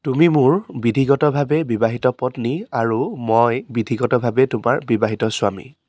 তুমি মোৰ বিধিগতভাৱে বিবাহিত পত্নী আৰু মই বিধিগতভাৱে তোমাৰ বিবাহিত স্বামী